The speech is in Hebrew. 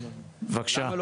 בבקשה שאול.